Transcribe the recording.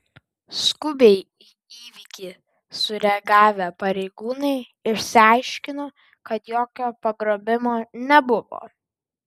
skubiai į įvykį sureagavę pareigūnai išsiaiškino kad jokio pagrobimo nebuvo